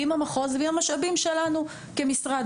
עם המחוז ועם המשאבים שלנו כמשרד,